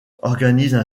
organisent